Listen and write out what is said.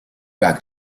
back